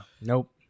Nope